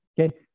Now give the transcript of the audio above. Okay